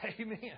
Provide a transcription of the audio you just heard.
Amen